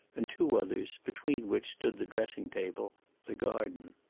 and two others, between which stood the dressing-table, the garden.